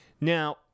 now